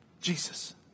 Jesus